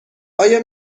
آیا